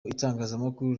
itangazamakuru